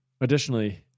Additionally